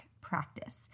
practice